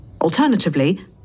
Alternatively